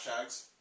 hashtags